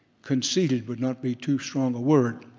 conceited would not be too strong a word.